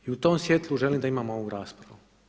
I u tom svjetlu želim da imamo ovu raspravu.